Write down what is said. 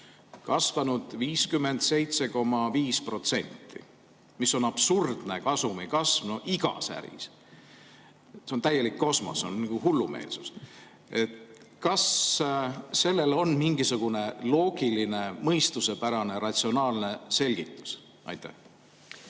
kasvanud 57,5%. See on absurdne kasumi kasv igas äris. See on täielik kosmos, see on hullumeelsus! Kas sellel on mingisugune loogiline, mõistuspärane, ratsionaalne selgitus? Aitäh,